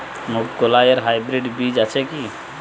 মুগকলাই এর হাইব্রিড বীজ আছে কি?